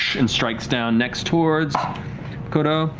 and strikes down next towards vokodo,